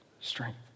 strength